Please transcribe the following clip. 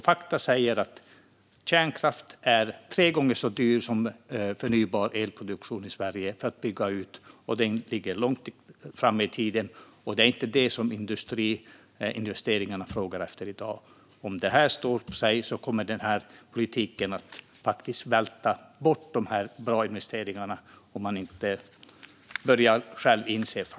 Fakta säger att kärnkraft är tre gånger så dyr att bygga ut som förnybar elproduktion i Sverige. Detta ligger långt fram i tiden, och det är inte det som efterfrågas i samband med industriinvesteringarna i dag. Om detta står sig - om man inte själv börjar inse fakta - kommer denna politik att välta bort de här bra investeringarna.